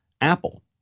Apple